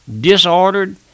disordered